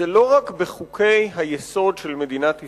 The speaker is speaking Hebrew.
זה לא רק בחוקי-היסוד של מדינת ישראל.